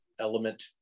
element